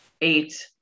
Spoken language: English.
eight